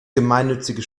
gemeinnützige